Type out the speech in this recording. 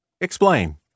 explain